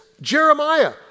Jeremiah